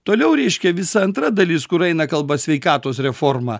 toliau reiškia visa antra dalis kur eina kalba sveikatos reforma